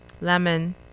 lemon